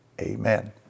amen